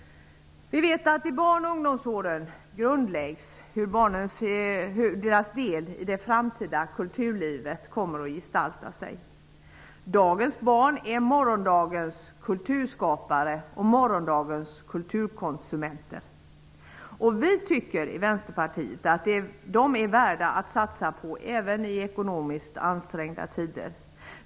Vi vet att barnens framtida kulturliv grundläggs i barn och ungdomsåren. Dagens barn är morgondagens kulturskapare och kulturkonsumenter. Vi i Vänsterpartiet tycker att de är värda att satsa på även i ekonomiskt ansträngda tider.